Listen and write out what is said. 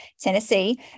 Tennessee